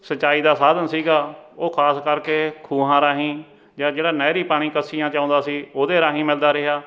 ਸਿੰਚਾਈ ਦਾ ਸਾਧਨ ਸੀਗਾ ਉਹ ਖਾਸ ਕਰਕੇ ਖੂਹਾਂ ਰਾਹੀਂ ਜਾਂ ਜਿਹੜਾ ਨਹਿਰੀ ਪਾਣੀ ਕੱਸੀਆਂ 'ਚ ਆਉਂਦਾ ਸੀ ਉਹਦੇ ਰਾਹੀਂ ਮਿਲਦਾ ਰਿਹਾ